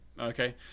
Okay